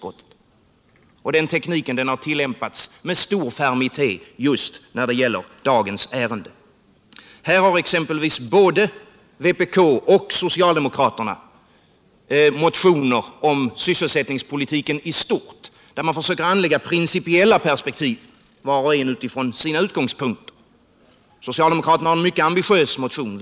Och den tekniken har tillämpats med stor fermitet just när det gäller dagens ärende. Här har exempelvis både vpk och socialdemokraterna motioner om sysselsättningspolitiken i stort, där vi försöker anlägga ett principiellt perspektiv, var och en utifrån sina utgångspunkter. Socialdemokraterna har en mycket ambitiös motion.